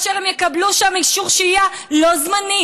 כאשר הם יקבלו שם אישור שהייה לא זמני